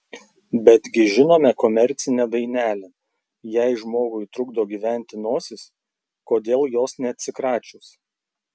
betgi žinome komercinę dainelę jei žmogui trukdo gyventi nosis kodėl jos neatsikračius